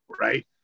right